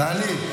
טלי,